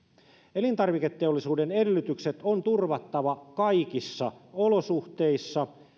elintarviketeollisuuden edellytykset on turvattava kaikissa olosuhteissa